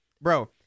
bro